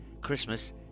Christmas